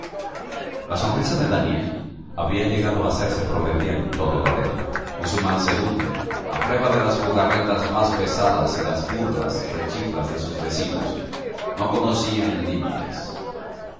la sonrisa de daniel había llegado a hacerse proverbial en todo toledo y su mansedumbre a prueba de las jugarretas más pesadas y las burlas y rechiflas de sus vecinos no conocían limites